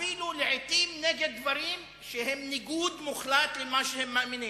אפילו לעתים נגד דברים שהם ניגוד מוחלט למה שהם מאמינים.